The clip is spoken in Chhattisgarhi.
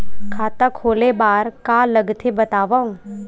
खाता खोले बार का का लगथे बतावव?